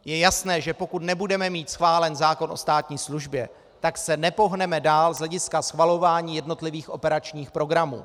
Je jasné, že pokud nebudeme mít schválen zákon o státní službě, tak se nepohneme dál z hlediska schvalování jednotlivých operačních programů.